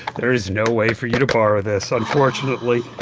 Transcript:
there is no way for you to borrow this, unfortunately.